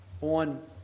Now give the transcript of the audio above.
on